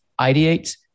ideate